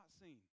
seen